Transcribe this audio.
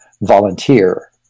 volunteer